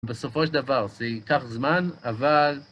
בסופו של דבר, זה ייקח זמן, אבל...